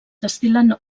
destil·lant